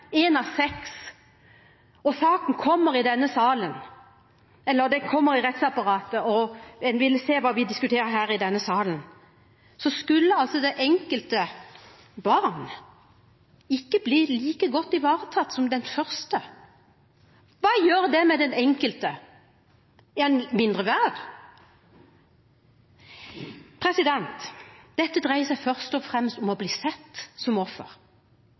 en av seks, og saken kom i rettsapparatet og en ville se hva vi diskuterer her i denne salen, skulle altså det enkelte barn ut fra det ikke bli like godt ivaretatt som det første. Hva gjør det med den enkelte? Er vedkommende mindre verdt? Dette dreier seg først og fremst om å bli sett som offer.